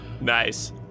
Nice